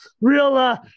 real